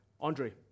Andre